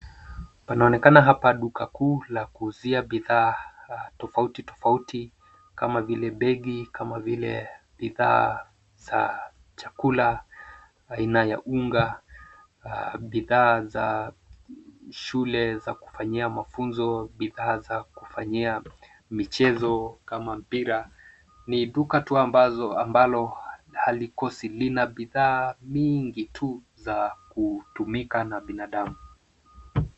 Panaonekana hapa Duka kuu la kuuza vifaa tofauti tofauti kama vilebegi kama vile vifaa chakula aina ya unga idhaa za shule za kufanyiamafunzo bidhaa za kufanyia mchezo kama vilempira ni Duka ambalo halikosi lina bidhaa nyingi za kutumia na binadamu.